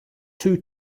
too